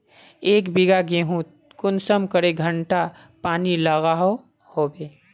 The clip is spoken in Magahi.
एक बिगहा गेँहूत कुंसम करे घंटा पानी लागोहो होबे?